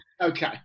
Okay